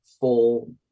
full